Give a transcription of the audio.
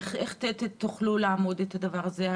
איך תוכלו לאמוד את הדבר הזה?